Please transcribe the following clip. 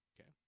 Okay